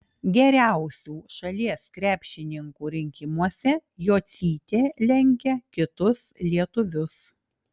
geriausių šalies krepšininkų rinkimuose jocytė lenkia kitus lietuvius